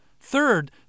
Third